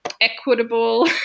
equitable